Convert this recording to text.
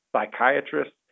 psychiatrists